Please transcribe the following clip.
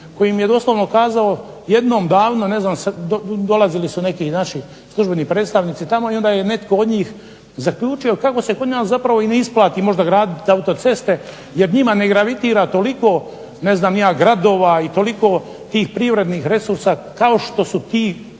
koji mi je doslovno kazao jednom davno ne znam sad, dolazili su neki naši službeni predstavnici tamo i onda je netko od njih zaključio kako se kod nas zapravo i ne isplati možda graditi autoceste jer njima ne gravitira toliko ne znam ni ja gradova, i toliko tih privrednih resursa kao što su ti